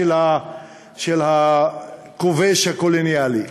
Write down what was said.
של הכובש הקולוניאלי.